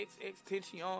extension